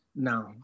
No